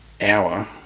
hour